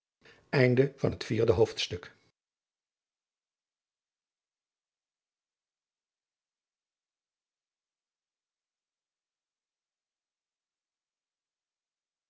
einde van het vierde